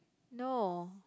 no